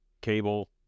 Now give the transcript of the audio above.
Cable